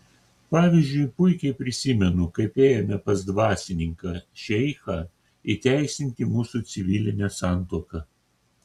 pavyzdžiui puikiai prisimenu kaip ėjome pas dvasininką šeichą įteisinti mūsų civilinę santuoką